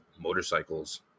motorcycles